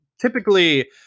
typically